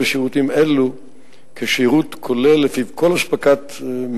חבר הכנסת גנאים,